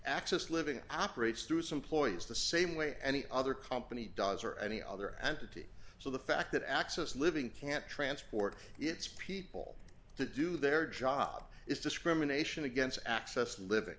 access living operates through some ploys the same way any other company does or any other entity so the fact that access living can't transport its people to do their job is discrimination against access living